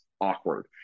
awkward